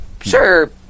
Sure